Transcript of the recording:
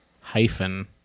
hyphen